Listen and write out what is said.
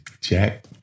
Jack